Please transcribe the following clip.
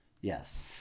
Yes